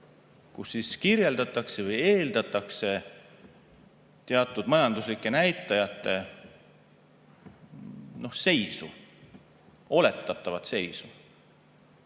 kus kirjeldatakse või eeldatakse teatud majanduslike näitajate seisu, oletatavat seisu.